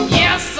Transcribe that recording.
yes